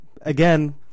again